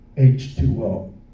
H2O